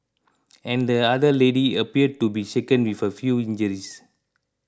and the other lady appeared to be shaken with a few injuries